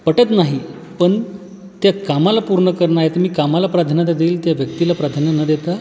पटत नाही पण त्या कामाला पूर्ण करणं आहे तर मी कामाला प्राधान्यता देईल त्या व्यक्तीला प्राधान्य न देता